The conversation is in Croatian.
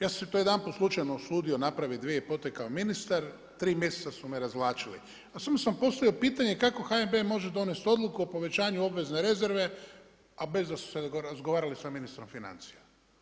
Ja sam se to jedanput slučajno usudio napraviti dva puta kao ministar, tri mjeseca su me razvlačili a samo sam postavio pitanje kako HNB može donesti odluku o povećanju obvezne rezerve a bez da su se razgovarali sa ministrom financija?